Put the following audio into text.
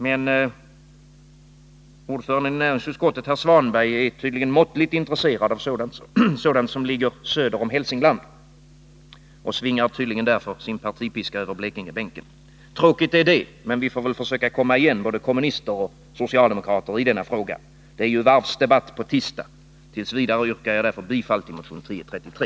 Men ordföranden i näringsutskottet, herr Svanberg, är tydligen måttligt intresserad av sådant som ligger söder om Hälsingland och svingar därför sin partipiska över Blekingebänken. Tråkigt är det, men vi får försöka komma igen i denna fråga, både kommunister och socialdemokrater. Det är ju varvsdebatt på tisdag. T. v. yrkar jag därför bifall till motion 1033.